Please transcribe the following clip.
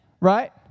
right